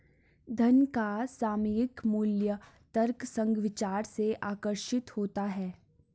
धन का सामयिक मूल्य तर्कसंग विचार से आकर्षित होता है